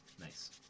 Nice